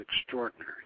extraordinary